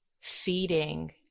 feeding